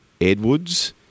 Edwards